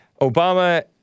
Obama